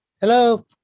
Hello